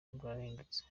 bwarahindutse